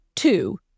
Two